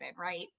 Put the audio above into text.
right